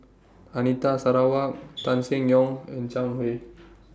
Anita Sarawak Tan Seng Yong and Zhang Hui